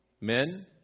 Men